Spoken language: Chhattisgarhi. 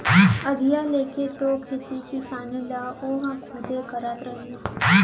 अधिया लेके तो खेती किसानी ल ओहा खुदे करत रहिस